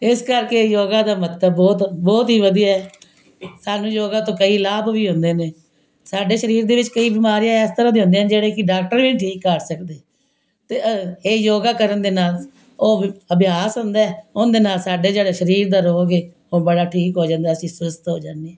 ਇਸ ਕਰਕੇ ਯੋਗਾ ਦਾ ਮਹੱਤਵ ਬਹੁਤ ਬਹੁਤ ਹੀ ਵਧੀਆ ਹੈ ਸਾਨੂੰ ਯੋਗਾ ਤੋਂ ਕਈ ਲਾਭ ਵੀ ਹੁੰਦੇ ਨੇ ਸਾਡੇ ਸਰੀਰ ਦੇ ਵਿੱਚ ਕਈ ਬਿਮਾਰੀਆਂ ਇਸ ਤਰ੍ਹਾਂ ਦੀਆਂ ਹੁੰਦੀਆਂ ਜਿਹੜੀਆਂ ਕਿ ਡਾਕਟਰ ਵੀ ਨਹੀਂ ਠੀਕ ਕਰ ਸਕਦੇ ਅਤੇ ਇਹ ਯੋਗਾ ਕਰਨ ਦੇ ਨਾਲ ਉਹ ਅਭਿਆਸ ਹੁੰਦਾ ਹੈ ਉਹਦੇ ਨਾਲ ਸਾਡੇ ਜਿਹੜੇ ਸਰੀਰ ਦੇ ਰੋਗ ਏ ਉਹ ਬੜਾ ਠੀਕ ਹੋ ਜਾਂਦੇ ਅਸੀਂ ਸਵਸਥ ਹੋ ਜਾਂਦੇ